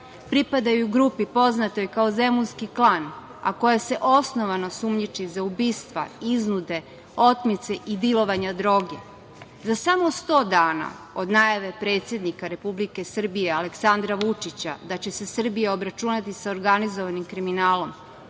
Pripadaju grupi poznatoj kao „zemunski klan“, a koja se osnovano sumnjiči za ubistva, iznude, otmice i dilovanja droga. Za samo 100 dana od najave predsednika Republike Srbije Aleksandra Vučića da će se Srbija obračunati sa organizovanim kriminalom